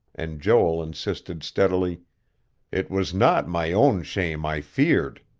and joel insisted steadily it was not my own shame i feared.